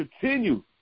continue